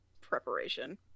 preparation